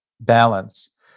balance